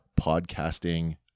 Podcasting